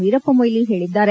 ವೀರಪ್ಪ ಮೊಯ್ಲಿ ಹೇಳಿದ್ದಾರೆ